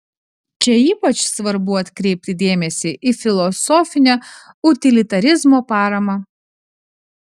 čia ypač svarbu atkreipti dėmesį į filosofinę utilitarizmo paramą